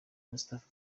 moustapha